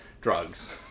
drugs